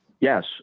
Yes